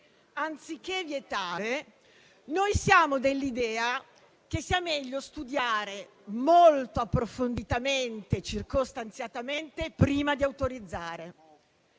anziché vietare, noi siamo dell'idea che sia meglio studiare molto approfonditamente e circostanziatamente prima di autorizzare.